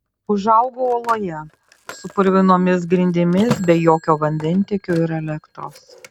užaugau oloje su purvinomis grindimis be jokio vandentiekio ir elektros